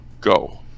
go